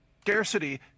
scarcity